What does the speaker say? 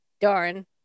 darn